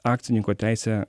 akcininko teisę